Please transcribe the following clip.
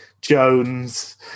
Jones